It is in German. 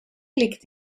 liegt